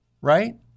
right